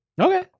Okay